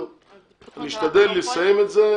נשתדל לסיים את זה.